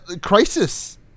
Crisis